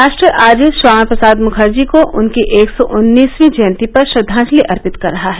राष्ट्र आज श्यामा प्रसाद मुखर्जी को उनकी एक सौ उन्नसवीं जयन्ती पर श्रद्वांजलि अर्पित कर रहा है